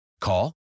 Call